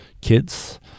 kids